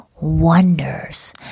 wonders